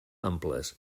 amples